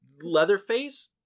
Leatherface